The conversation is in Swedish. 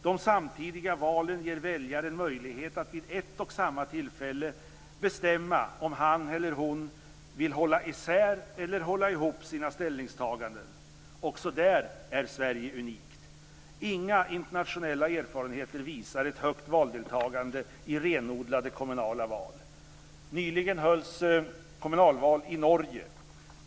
De samtidiga valen ger väljaren möjlighet att vid ett och samma tillfälle bestämma om han eller hon vill hålla isär eller hålla ihop sina ställningstaganden. Också där är Sverige unikt. Inga internationella erfarenheter visar ett högt valdeltagande i renodlade kommunala val. Nyligen hölls kommunalval i Norge.